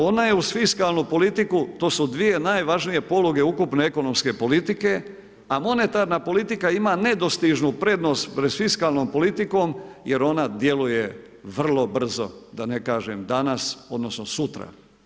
Ona je uz fiskalnu politiku, to su dvije najvažnije poluge ukupne ekonomske politike, a monetarna politika ima nedostižnu prednost pred fiskalnom politikom jer ona djeluje vrlo brzo, da ne kažem danas odnosno sutra.